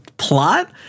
Plot